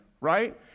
right